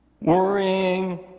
worrying